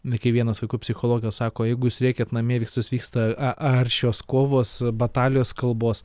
na kai vienas vaikų psichologas sako jeigu jūs rėkiat namie pas jus vyksta ar aršios kovos batalijos kalbos